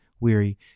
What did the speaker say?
Weary